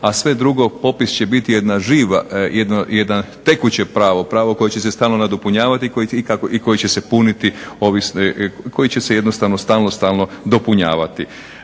A sve drugo, popis će biti jedno tekuće pravo, pravo koje će se stalno nadopunjavati i koji će se puniti, koji će se jednostavno stalno, stalno dopunjavati.